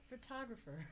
Photographer